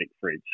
fridge